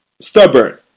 stubborn